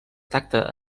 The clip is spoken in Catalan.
tacte